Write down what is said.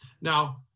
Now